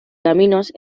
caminos